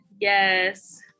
yes